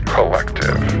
Collective